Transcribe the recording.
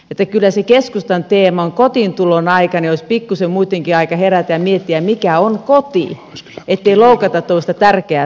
kun keskustan teema on on kotiin tulon aika niin olisi pikkusen muittenkin aika herätä ja miettiä mikä on koti ettei loukata tuollaista tärkeää sanaa